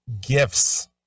gifts